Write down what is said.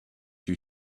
you